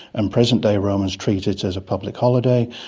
and present-day romans treat it as a public holiday.